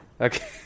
Okay